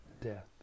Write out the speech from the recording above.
death